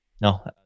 no